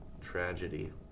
tragedy